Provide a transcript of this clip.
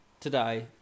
today